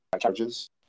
charges